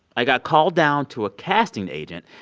i got called down to a casting agent.